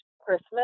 Christmas